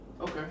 Okay